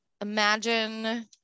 imagine